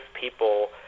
people